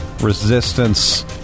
resistance